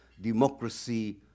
democracy